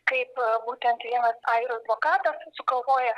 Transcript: kaip būtent vienas airių advokatas sugalvojo